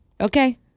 Okay